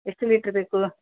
ಎಷ್ಟು ಲೀಟ್ರ್ ಬೇಕು